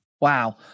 Wow